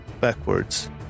backwards